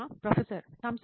professor thumbs up